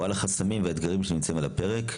ועל החסמים והאתגרים שנמצאים על הפרק.